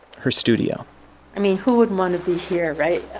her studio i mean who wouldn't want to be here right?